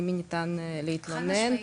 למי ניתן להתלונן --- חד משמעית.